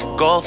go